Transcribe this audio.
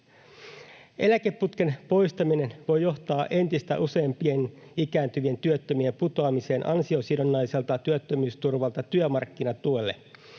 Eläkeputken poistaminen voi johtaa entistä useampien ikääntyvien työttömien putoamiseen ansiosidonnaiselta työttömyysturvalta työmarkkinatuelle.